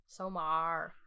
Somar